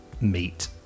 meet